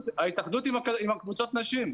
התאחדות עם קבוצות הנשים.